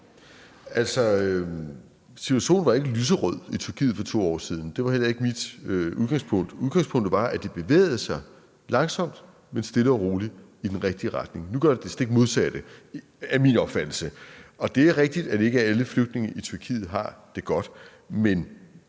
i Tyrkiet var ikke lyserød fra 2 år siden. Det var heller ikke mit udgangspunkt. Udgangspunktet var, at de bevægede sig langsomt, men stille og roligt i den rigtige retning. Nu gør de det stik modsatte, er min opfattelse. Og det er rigtigt, at ikke alle flygtninge i Tyrkiet har det godt,